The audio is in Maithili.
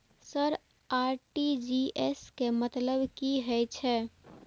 सर आर.टी.जी.एस के मतलब की हे छे?